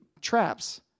traps